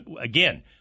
again